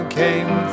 came